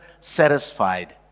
satisfied